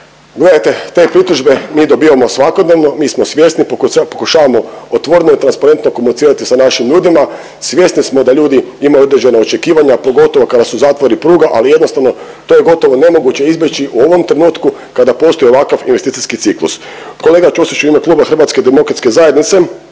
Gledajte, te pritužbe mi dobivamo svakodnevno, mi smo svjesni, pokušavamo otvoreno i transparentno komunicirati sa našim ljudima, svjesni smo da ljudi imaju određena očekivanja, pogotovo kada su zatvori pruga, ali jednostavno to je gotovo nemoguće izbjeći u ovom trenutku kada postoji ovakav investicijski ciklus. Kolega Ćosić u ime Kluba HDZ-a govorio je o nizu